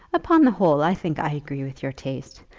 upon the whole i think i agree with your taste.